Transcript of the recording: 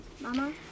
Mama